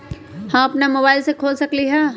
हम अपना मोबाइल से खोल सकली ह?